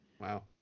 Wow